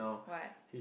what